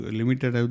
limited